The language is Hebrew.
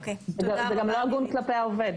זה לא הוגן כלפי העובד.